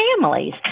families